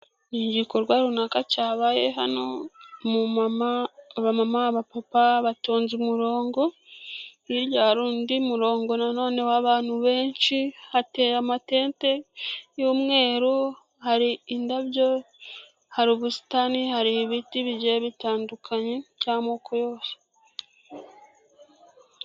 Ni igikorwa runaka cyabaye hano aba mama aba papa batonze umurongo hirya hari undi murongo na none wabantu benshi hateye amatente y'umweru hari indabyo hari ubusitani hari ibiti bigiye bitandukanye by'amoko yose.